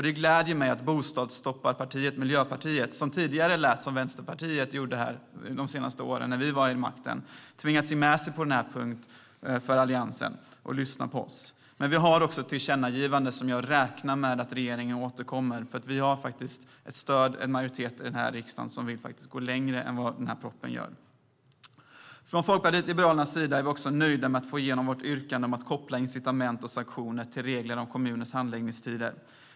Det gläder mig att bostadsstopparpartiet Miljöpartiet, som under vår tid vid makten lät som Vänsterpartiet, har tvingats ge med sig på denna punkt och lyssna på Alliansen. Vi har även ett tillkännagivande, och jag räknar med att regeringen återkommer eftersom en majoritet i riksdagen vill gå längre än vad propositionen gör. Vi i Folkpartiet liberalerna är också nöjda med att få igenom vårt yrkande om att koppla incitament och sanktioner till regler om kommuners handläggningstider.